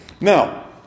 Now